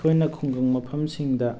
ꯑꯩꯈꯣꯏꯅ ꯈꯨꯡꯒꯪ ꯃꯐꯝꯁꯤꯡꯗ